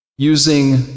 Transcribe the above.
Using